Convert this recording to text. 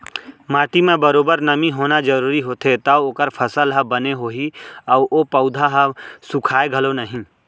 माटी म बरोबर नमी होना जरूरी होथे तव ओकर फसल ह बने होही अउ ओ पउधा ह सुखाय घलौ नई